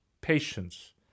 patience